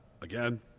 again